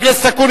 שאת היסטרית.